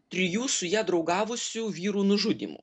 trijų su ja draugavusių vyrų nužudymu